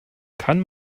kann